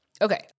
Okay